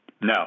no